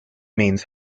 means